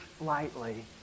lightly